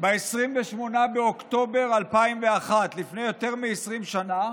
ב-28 באוקטובר 2001, לפני יותר מ-20 שנה.